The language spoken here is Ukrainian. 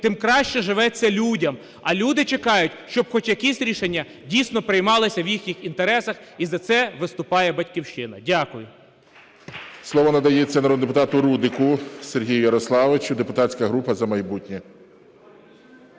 тим краще живеться людям. А люди чекають, щоб хоч якісь рішення, дійсно, приймалися в їхніх інтересах, і за це виступає "Батьківщина". Дякую. ГОЛОВУЮЧИЙ. Слово надається народному депутату Рудику Сергію Ярославовичу, депутатська група "За майбутнє".